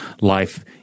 life